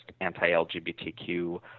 anti-LGBTQ